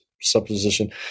supposition